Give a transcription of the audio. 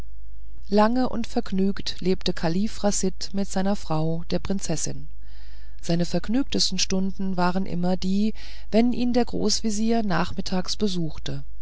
lange und vergnügt lebte kalif chasid mit seiner frau der prinzessin seine vergnügtesten stunden waren immer die wenn ihn der großvezier nachmittags besuchte